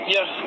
Yes